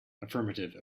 affirmative